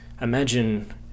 imagine